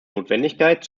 notwendigkeit